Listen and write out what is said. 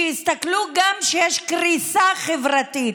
שיסתכלו שיש גם קריסה חברתית.